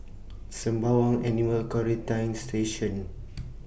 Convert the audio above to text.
Sembawang Animal Quarantine Station